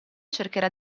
cercherà